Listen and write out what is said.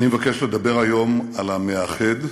אני מבקש לדבר היום על המאחד.